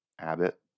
Abbott